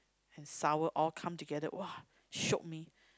and sour all come together !wah! shocked me